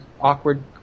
awkward